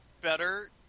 better